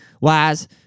wise